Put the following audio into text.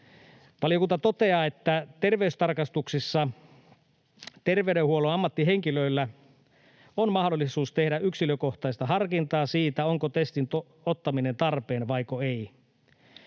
Valiokunta toteaa, että terveystarkastuksissa terveydenhuollon ammattihenkilöillä on mahdollisuus tehdä yksilökohtaista harkintaa siitä, onko testin ottaminen tarpeen vaiko ei.